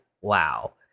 wow